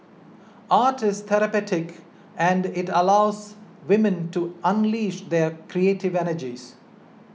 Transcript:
art is therapeutic and it allows women to unleash their creative energies